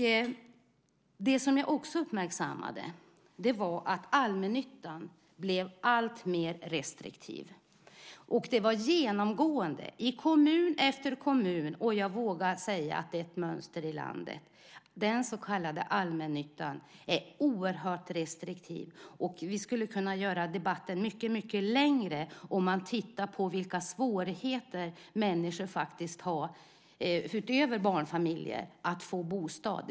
Det som jag också uppmärksammade var att allmännyttan blev alltmer restriktiv. Det var genomgående i kommun efter kommun, och jag vågar säga att det är ett mönster i landet. Den så kallade allmännyttan är oerhört restriktiv. Vi skulle kunna göra debatten mycket längre om vi tittade på vilka svårigheter människor, utöver barnfamiljer, faktiskt har att få bostad.